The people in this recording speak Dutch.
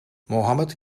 mohammed